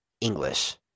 English